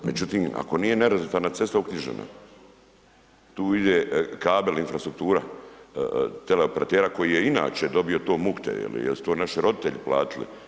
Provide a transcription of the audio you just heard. Međutim, ako nije nerazvrstana cesta uknjižena, tu ide kabel, infrastruktura teleoperatera koji je inače to dobio mukte je li, jer su to naši roditelji platili.